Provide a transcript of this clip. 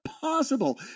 possible